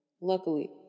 Luckily